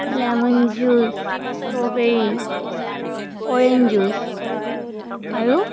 lemon juice strawberry orange juice আৰু